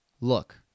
look